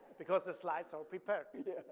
because the slides are prepared. yeah.